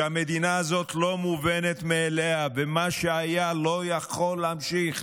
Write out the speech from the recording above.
שהמדינה הזאת לא מובנת מאליה ומה שהיה לא יכול להמשיך,